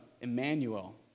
Emmanuel